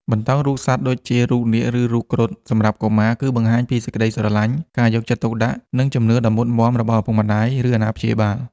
បន្តោងរូបសត្វដូចជារូបនាគ ឬរូបគ្រុឌសម្រាប់កុមារ គឺបង្ហាញពីសេចក្តីស្រឡាញ់ ការយកចិត្តទុកដាក់ និងជំនឿដ៏មុតមាំរបស់ឪពុកម្តាយ ឬអាណាព្យាបាល។